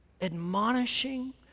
admonishing